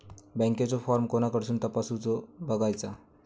बँकेचो फार्म कोणाकडसून तपासूच बगायचा?